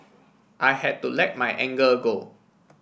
I had to let my anger go